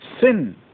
Sin